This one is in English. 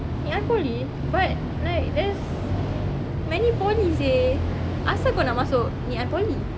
ngee ann poly but like there's many poly seh asal kau nak masuk ngee ann poly